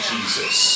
Jesus